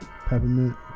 peppermint